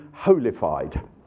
holified